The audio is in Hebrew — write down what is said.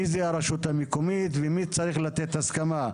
מי זה הרשות המקומית ומי צריך לתת הסכמה?